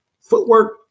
footwork